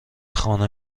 خانه